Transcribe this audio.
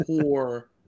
poor